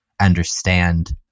understand